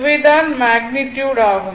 இவை தான் மேக்னிட்யுட் ஆகும்